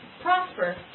Prosper